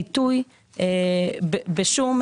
בטבת התשפ"ד (31 בדצמבר 2023); "תחום פעולה"